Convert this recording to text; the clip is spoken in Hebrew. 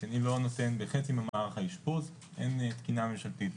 אני לא נותן בחצי ממערך האשפוז אין תקינה ממשלתית,